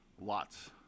lots